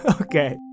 Okay